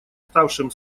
ставшим